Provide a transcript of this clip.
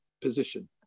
position